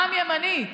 העם ימני,